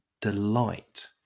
delight